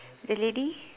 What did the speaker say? the lady